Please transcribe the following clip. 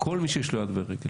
כל מי שיש לו יד ורגל.